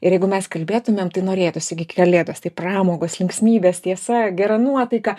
ir jeigu mes kalbėtumėm tai norėtųsi gi kalėdos tai pramogos linksmybės tiesa gera nuotaika